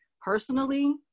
personally